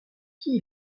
qui